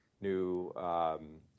new